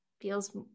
feels